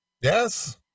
Yes